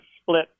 split